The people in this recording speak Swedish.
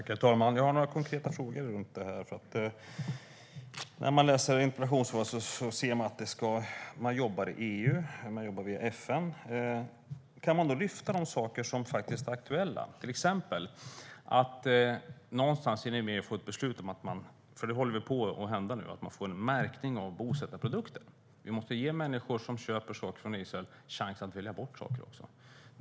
Herr talman! Jag har några konkreta frågor om detta. När man läser interpellationssvaret ser man att Sverige jobbar i EU och via FN. Går det då att lyfta de saker som är aktuella? Det gäller till exempel någonstans att inom EU få ett beslut om en märkning av bosättarprodukter, och det håller väl på att hända nu. Vi måste ge människor som köper saker från Israel en chans att också välja bort saker.